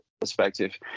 perspective